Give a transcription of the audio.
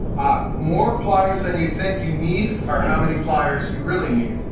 more pliers than you think you need or how many pliers you really need.